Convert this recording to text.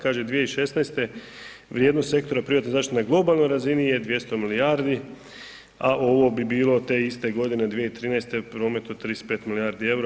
Kaže 2016. vrijednost sektora privatne zaštite na globalnoj razini je 200 milijardi, a ovo bi bilo te iste godine 2013. promet od 35 milijardi EUR-a.